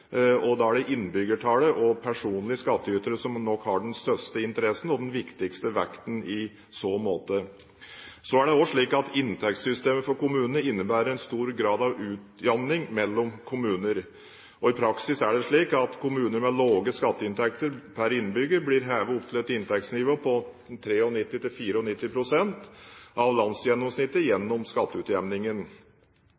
og da er det innbyggertallet og personlige skattytere som nok har den største interessen og den viktigste vekten i så måte. Inntektssystemet for kommunene innebærer en stor grad av utjevning mellom kommuner. I praksis er det slik at kommuner med lave skatteinntekter per innbygger blir hevet opp til et inntektsnivå på 93–94 pst. av landsgjennomsnittet gjennom skatteutjevningen. Mange av